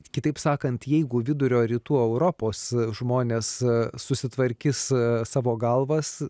kitaip sakant jeigu vidurio rytų europos žmonės susitvarkys savo galvas